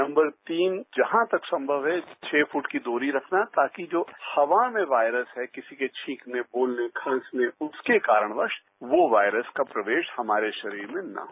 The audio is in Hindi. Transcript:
नंबर तीन जहां तक संमय है छह फुट की दूरी रखना ताकि जो हवा मेंवायरस है किसी के छींकने बोलने खांसने उसके कारणवश वो वायरस का प्रवेश हमारे शरीर में न हो